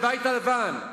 לבית הלבן.